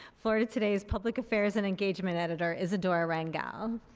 florida today's public affairs and engagement editor isadora rangel.